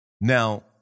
Now